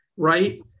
Right